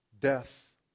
Death